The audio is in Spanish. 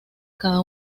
cada